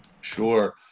Sure